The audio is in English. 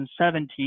2017